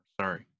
Sorry